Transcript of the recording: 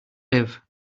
live